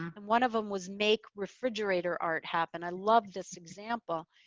and one of them was make refrigerator art happened. i love this example.